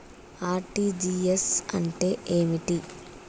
RTGS అంటే ఏమిటి?